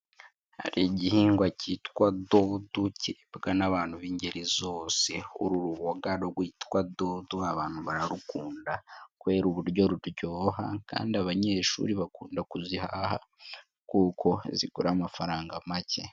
Hari igihingwa kitwa dodo kiribwa n'abantu b'ingeri zose. Uru ruboga rwitwa dodo abantu bararukunda kubera uburyo ruryoha kandi abanyeshuri bakunda kuzihaha kuko zigura amafaranga make.